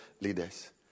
leaders